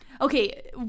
okay